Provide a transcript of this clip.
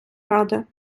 ради